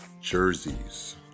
jerseys